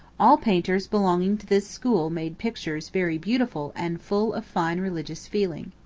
all painters belonging to this school made pictures very beautiful and full of fine religious feeling.